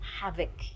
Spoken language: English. havoc